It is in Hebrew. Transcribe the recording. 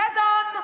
סזון,